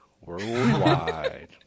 Worldwide